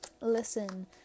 listen